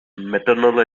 maternal